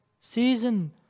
season